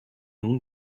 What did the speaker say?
nun